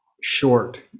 short